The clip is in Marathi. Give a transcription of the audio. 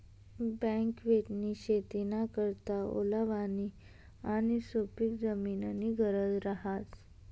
बकव्हिटनी शेतीना करता ओलावानी आणि सुपिक जमीननी गरज रहास